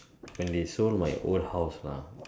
when they sold my old house lah